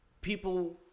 people